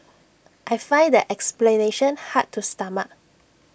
I find that explanation hard to stomach